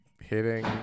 hitting